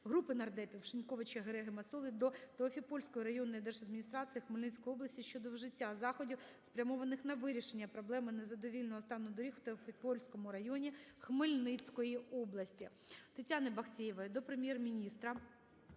Групи нардепів (Шиньковича, Гереги, Мацоли) до Теофіпольської районної держадміністрації Хмельницької області щодо вжиття заходів, спрямованих на вирішення проблеми незадовільного стану доріг в Теофіпольському районі Хмельницької області. Тетяни Бахтеєвої до Прем'єр-міністра